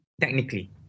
technically